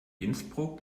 innsbruck